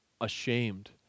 ashamed